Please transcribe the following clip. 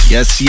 Yes